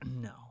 no